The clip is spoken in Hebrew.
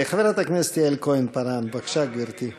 חברת הכנסת יעל כהן-פארן, בבקשה, גברתי.